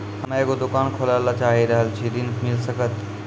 हम्मे एगो दुकान खोले ला चाही रहल छी ऋण मिल सकत?